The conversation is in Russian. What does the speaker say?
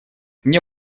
мне